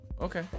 Okay